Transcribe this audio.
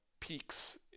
peaks